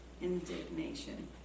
indignation